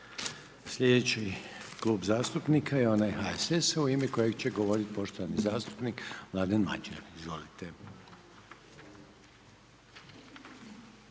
slijedeći Klub zastupnika je onaj HNS-a u ime kojeg će govoriti poštovani zastupnik Stjepan Čuraj.